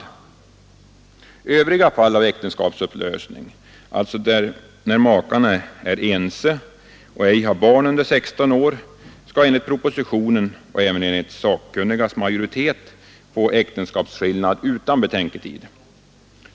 I övriga fall av äktenskapsupplösning, alltså när makarna är ense och ej har barn under 16 år, skall man enligt propositionen och även enligt de sakkunnigas majoritet få äktenskapsskillnad utan betänketid.